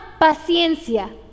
Paciencia